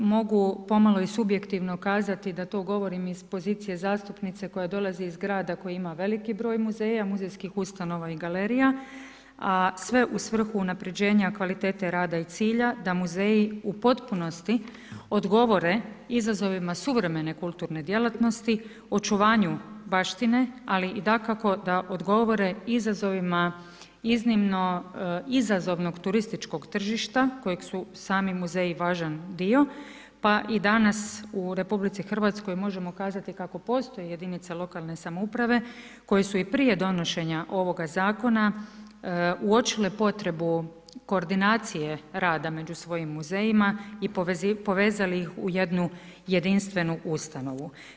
Mogu pomalo i subjektivno kazati da to govorim iz pozicije zastupnice koja dolazi iz grada koji ima veliki broj muzeja, muzejskih ustanova i galerija, a sve u svrhu unapređenja kvalitete rada i cilja da muzeji u potpunosti odgovore izazovima suvremene kulturne djelatnosti, očuvanju baštine, ali i dakako da odgovore izazovima iznimno izazovnog turističkog tržišta, kojeg su sami muzeji važan dio, pa i danas u RH možemo kazati kako postoje jedinice lokalne samouprave koje su i prije donošenja ovoga zakona uočile potrebu koordinacije rada među svojim muzejima i povezali ih u jednu jedinstvenu ustanovu.